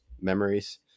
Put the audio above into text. memories